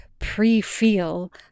pre-feel